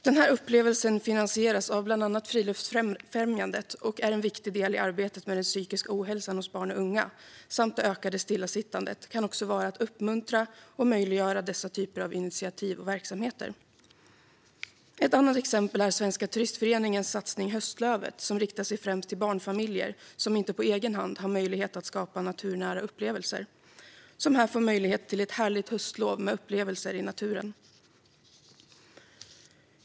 Den här upplevelsen finansieras av bland annat Friluftsfrämjandet, och en viktig del i arbetet med den psykiska ohälsan hos barn och unga samt det ökade stillasittandet kan vara att uppmuntra och möjliggöra dessa typer av initiativ och verksamheter. Ett annat exempel är Svenska Turistföreningens satsning Höstlövet som riktar sig främst till barnfamiljer som inte på egen hand har möjlighet att skapa naturnära upplevelser och som här får möjlighet till ett härligt höstlov med upplevelser i naturen.